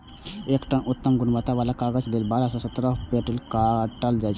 एक टन उत्तम गुणवत्ता बला कागज लेल बारह सं सत्रह पेड़ काटल जाइ छै